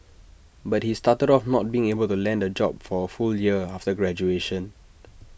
but he started off not being able to land A job for A full year after graduation